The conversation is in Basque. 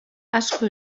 asko